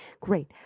great